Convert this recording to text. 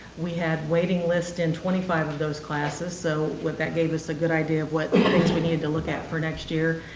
we had waiting lists in twenty five of those classes. so that gave us a good idea of what things we needed to look at for next year.